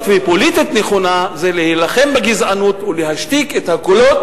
ופוליטית נכונה זה להילחם בגזענות ולהשתיק את הקולות